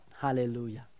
Hallelujah